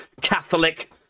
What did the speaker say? Catholic